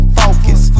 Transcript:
focus